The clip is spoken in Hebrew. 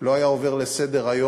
לא היו עוברים לסדר-היום